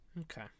okay